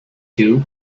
two